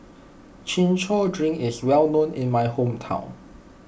Chin Chow Drink is well known in my hometown